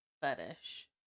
fetish